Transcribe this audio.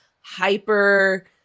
hyper